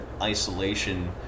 isolation